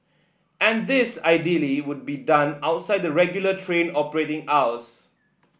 and this ideally would be done outside the regular train operating hours